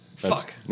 Fuck